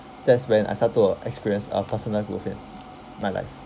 that's when I start to experience uh personal growth in my life